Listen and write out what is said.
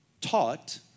taught